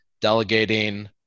delegating